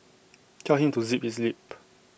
tell him to zip his lip